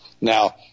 Now